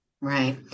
Right